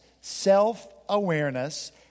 self-awareness